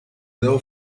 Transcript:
low